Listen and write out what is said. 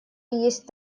есть